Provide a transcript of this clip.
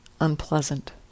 unpleasant